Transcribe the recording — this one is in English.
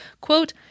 quote